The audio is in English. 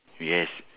yes